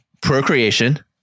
procreation